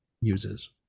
uses